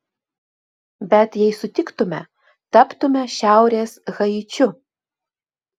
bet jei sutiktume taptume šiaurės haičiu